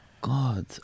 god